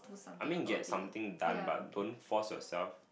I mean get something but don't force yourself